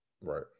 Right